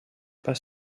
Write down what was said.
pas